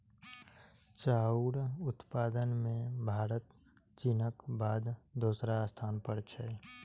चाउर उत्पादन मे भारत चीनक बाद दोसर स्थान पर छै